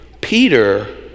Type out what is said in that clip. Peter